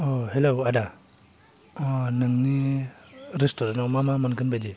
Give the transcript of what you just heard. औ हेलौ आदा नोंनि रेस्टुरेन्टआव मा मा मोनगोन बायदि